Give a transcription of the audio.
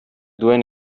duen